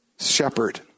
Shepherd